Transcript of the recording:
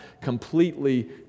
completely